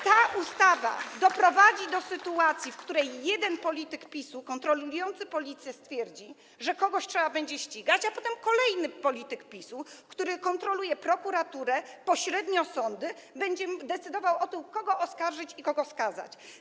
Ta ustawa doprowadzi do sytuacji, w której jeden polityk PiS-u kontrolujący Policję stwierdzi, że kogoś trzeba będzie ścigać, a potem kolejny polityk PiS-u, który kontroluje prokuraturę, pośrednio sądy, będzie decydował o tym, kogo oskarżyć i kogo skazać.